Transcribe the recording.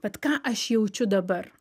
vat ką aš jaučiu dabar